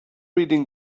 reading